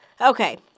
Okay